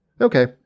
Okay